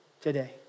today